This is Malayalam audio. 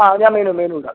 ആ ഞാൻ മെനു മെനു ഇടാം